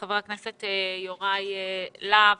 חבר הכנסת יוראי להב.